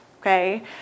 okay